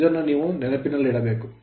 ಇದನ್ನು ನೀವು ನೆನಪಿನಲ್ಲಿಡಬೇಕು